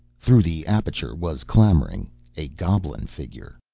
through the aperture was clambering a goblin figure.